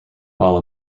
while